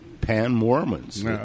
Pan-Mormons